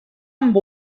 amb